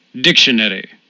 Dictionary